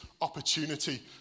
opportunity